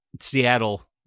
Seattle